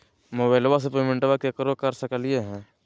मोबाइलबा से पेमेंटबा केकरो कर सकलिए है?